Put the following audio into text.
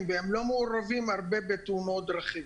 והם לא מעורבים הרבה בתאונות דרכים.